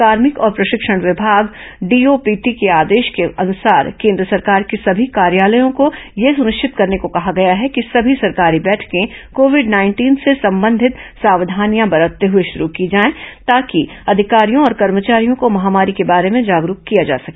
कार्भिक और प्रशिक्षण विभाग डीओपीटी के आदेश के अनुसार केंद्र सरकार के सभी कार्यालयों को यह सनिश्चित करने को कहा गया है कि समी सरकारी बैठकें कॉविड नाइंटीन से संबंधित सावधानियां बरतते हए शुरू की जाएं ताकि अधिकारियों और कर्मचारियों को महामारी के बारे में जागरूक किया जा सके